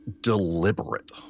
deliberate